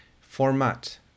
format